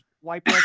white